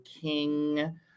King